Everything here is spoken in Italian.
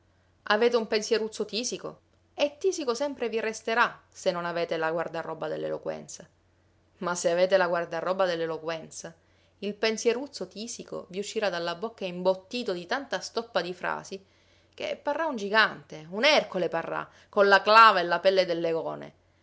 avete un pensieruzzo tisico e tisico sempre vi resterà se non avete la guardaroba dell'eloquenza ma se avete la guardaroba dell'eloquenza il pensieruzzo tisico vi uscirà dalla bocca imbottito di tanta stoppa di frasi che parrà un gigante un ercole parrà con la clava e la pelle del legone